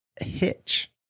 hitch